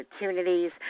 opportunities